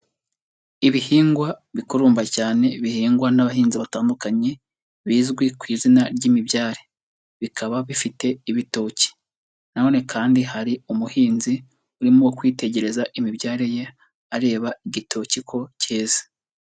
Ibihingwa bikurumba cyane bihingwa n'abahinzi batandukanye bizwi ku izina ry'imibyari, bikaba bifite ibitoki na none kandi hari umuhinzi urimo wo kwitegereza imibyare ye areba igitoki ko cyeze.